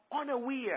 unaware